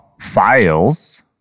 files